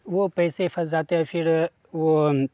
وہ پیسے پھنس جاتے ہیں پھر وہ